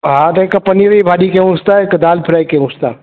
हा त हिकु पनीर जी भाॼी कयूंसि था हिकु दालि फ्राइ कयूंसि था